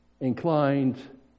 inclined